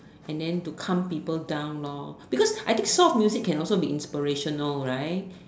and the to calm people down lor because I think some of music can be inspirational right